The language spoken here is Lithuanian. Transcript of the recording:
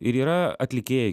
ir yra atlikėjai